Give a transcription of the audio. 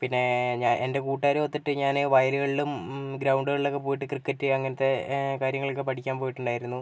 പിന്നെ ഞാൻ എൻ്റെ കൂട്ടുകാരുമൊത്തിട്ട് ഞാൻ വയലുകളിലും ഗ്രൗണ്ടുകളിലൊക്കെ പോയിട്ട് ക്രിക്കറ്റ് അങ്ങനത്തെ കാര്യങ്ങളൊക്കെ പഠിക്കാൻ പോയിട്ടുണ്ടായിരുന്നു